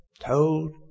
Told